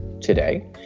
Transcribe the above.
today